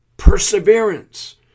perseverance